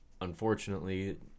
unfortunately